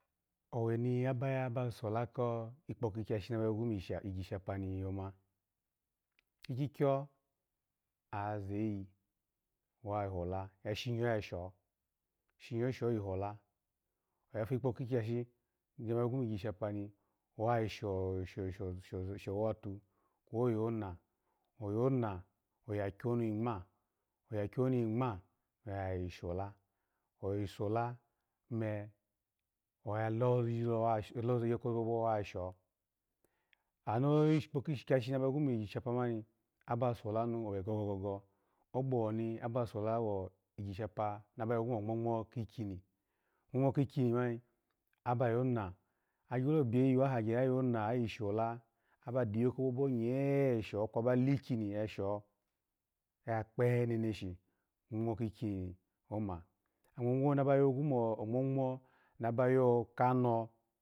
Owe ni aba ya ba sola ko kikpo kagyashi naba y gwu mo lgyisjapa ni yoma, kikyikyo oya zeyi wayi hola, ashinyo ya sho wa yi hola, oya jikpo kagyashi oza na yo mo lgyishapa ni wa yi sho- sho- showotu kweyi gona, oyona, oya akyo nu yi ngwo, oyakyo nu ngwo aya yi shada, oyi sola me, ayi ya liyo kobobo mu washo, ano e kpo kagyashi na hayo mi shikpa mani, aba solanu owe go go go go, ogbo ni aba sola igishapa naba yomo nymongmo kikini ngmongmo kikini mani, aba yona, agyo yona ababyi wahagye ayona aba yishola, aba diyo kobobo nyesho, kwa ba likini yasho oya kpehe neneshi ongmongmo kikini oma, ongmongmo maba yogwu mo ngmongmo kano.